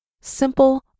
simple